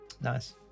nice